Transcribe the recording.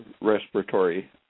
respiratory